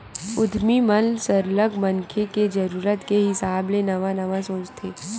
उद्यमी मन सरलग मनखे के जरूरत के हिसाब ले नवा नवा सोचथे